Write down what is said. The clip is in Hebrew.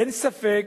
אין ספק